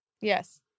Yes